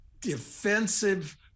defensive